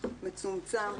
מצומצם,